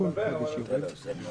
מעדיף שדני כץ שגם נמצא בצוות אצלנו,